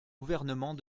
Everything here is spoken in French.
gouvernement